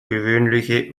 gewöhnliche